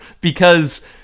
because-